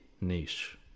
niche